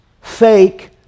fake